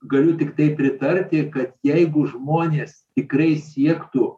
galiu tiktai pritarti kad jeigu žmonės tikrai siektų